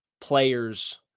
players